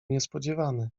niespodziewany